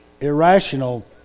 irrational